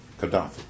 Gaddafi